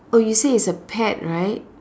oh you say it's a pet right